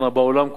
בעולם כולו,